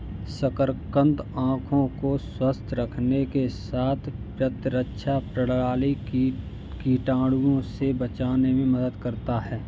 शकरकंद आंखों को स्वस्थ रखने के साथ प्रतिरक्षा प्रणाली, कीटाणुओं से बचाने में मदद करता है